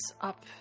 up